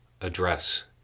address